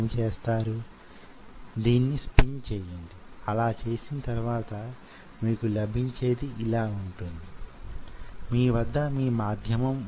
ఇదంతా చెప్పిన తరువాత ఎందుకింకా ఇలా చేస్తూ వున్నాం